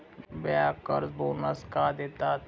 Bankers bonus का देतात?